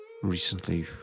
Recently